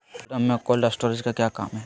गोडम में cold storage का क्या काम है?